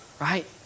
right